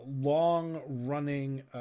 long-running